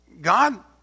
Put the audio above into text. God